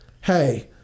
hey